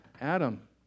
Adam